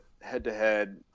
head-to-head